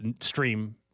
stream